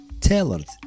tailored